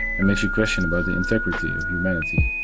and makes you question about the integrity of humanity.